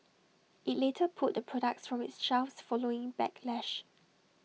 IT later pulled the products from its shelves following backlash